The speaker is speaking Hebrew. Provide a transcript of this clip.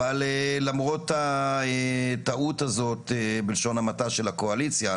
אבל למרות הטעות הזאת בלשון המעטה של הקואליציה,